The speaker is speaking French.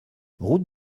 route